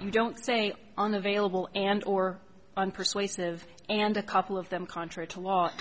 you don't say unavailable and or unpersuasive and a couple of them contrary to